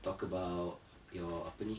talk about your apa ni